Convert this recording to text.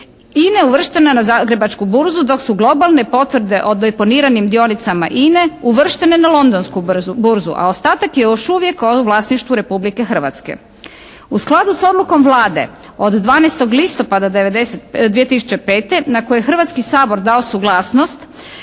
je uvrštena na zagrebačku burzu dok su globalne potvrde o deponiranim dionicama INA-e uvrštene na londonsku burzu, a ostatak je još uvijek u vlasništvu Republike Hrvatske. U skladu s odlukom Vlade od 12. listopada 2005. na koju je Hrvatski sabor dao suglasnost